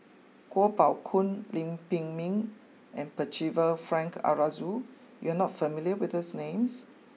Kuo Pao Kun Lim Pin Min and Percival Frank Aroozoo you are not familiar with these names